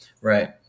right